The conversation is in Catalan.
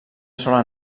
sola